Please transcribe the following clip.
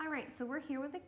right so we're here with the